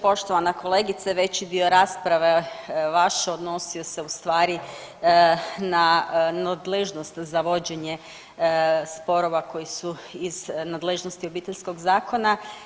Poštovana kolegice veći dio rasprave vaše odnosio se u stvari na nadležnost za vođenje sporova koji su iz nadležnosti obiteljskog zakona.